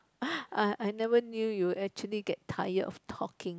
I I never knew you actually get tired of talking